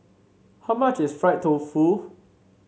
how much is Fried Tofu